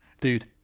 Dude